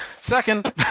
Second